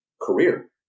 career